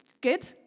Good